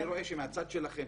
אני רואה שמהצד שלכם,